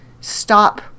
stop